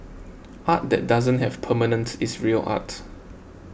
art that doesn't have permanence is real art